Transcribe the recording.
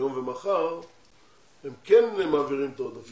היום ומחר הם כן מעבירים את העודפים.